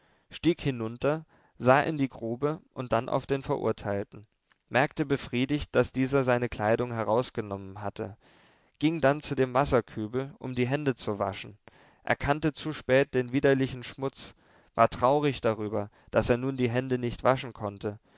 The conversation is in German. stieg hinunter sah in die grube und dann auf den verurteilten merkte befriedigt daß dieser seine kleidung herausgenommen hatte ging dann zu dem wasserkübel um die hände zu waschen erkannte zu spät den widerlichen schmutz war traurig darüber daß er nun die hände nicht waschen konnte